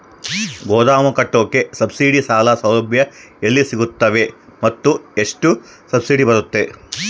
ಗೋದಾಮು ಕಟ್ಟೋಕೆ ಸಬ್ಸಿಡಿ ಸಾಲ ಸೌಲಭ್ಯ ಎಲ್ಲಿ ಸಿಗುತ್ತವೆ ಮತ್ತು ಎಷ್ಟು ಸಬ್ಸಿಡಿ ಬರುತ್ತೆ?